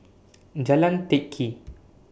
Jalan Teck Kee